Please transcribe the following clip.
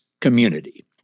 Community